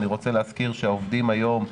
אני רוצה להזכיר שהעובדים היום,